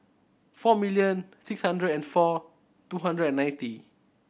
four million six hundred and four two hundred and ninety